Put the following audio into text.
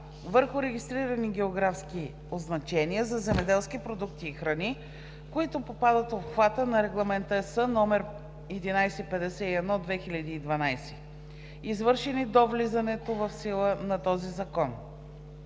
върху регистрирани географски означения за земеделски продукти и храни, които попадат в обхвата на Регламент (ЕС) № 1151/2012, извършени до влизането в сила на този закон.